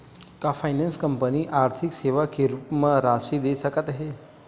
का finance company आर्थिक सेवा के रूप म राशि दे सकत हे?